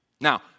Now